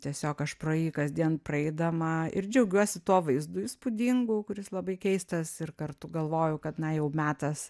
tiesiog aš pro jį kasdien praeidama ir džiaugiuosi tuo vaizdu įspūdingu kuris labai keistas ir kartu galvojau kad na jau metas